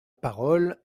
parole